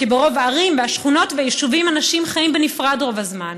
כי ברוב הערים והשכונות והיישובים האנשים חיים בנפרד רוב הזמן.